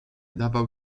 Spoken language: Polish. dawał